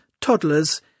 toddlers